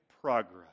progress